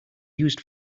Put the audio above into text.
used